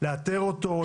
לאתר אותו,